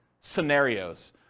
scenarios